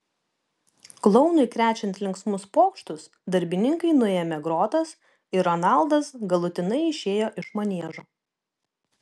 klounui krečiant linksmus pokštus darbininkai nuėmė grotas ir ronaldas galutinai išėjo iš maniežo